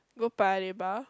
go Paya-Lebar